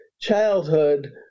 childhood